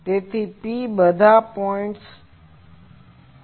તેથી P આ બધા પોઈન્ટ P છે